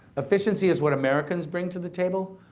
efficiency is what americans bring to the table.